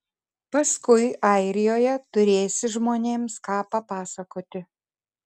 paskui airijoje turėsi žmonėms ką papasakoti